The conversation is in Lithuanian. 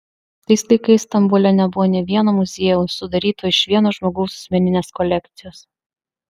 tais laikais stambule nebuvo nė vieno muziejaus sudaryto iš vieno žmogaus asmeninės kolekcijos